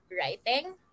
writing